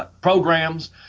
programs